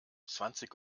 zwanzig